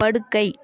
படுக்கை